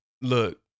Look